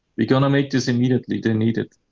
we're going to make this immediately. they need it.